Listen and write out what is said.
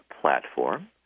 platform